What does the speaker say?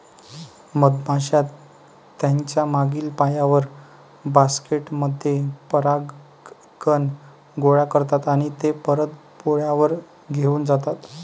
मधमाश्या त्यांच्या मागील पायांवर, बास्केट मध्ये परागकण गोळा करतात आणि ते परत पोळ्यावर घेऊन जातात